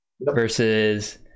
versus